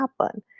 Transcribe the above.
happen